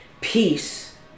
Peace